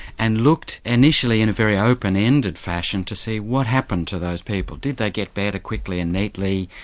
and looked initially in a very open-ended fashion to see what happened to those people, did they get better quickly and neatly,